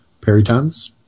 Peritons